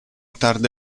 tarda